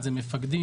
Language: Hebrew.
אפשר,